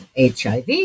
HIV